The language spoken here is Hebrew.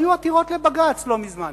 היו עתירות לבג"ץ לא מזמן